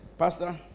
Pastor